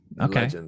Okay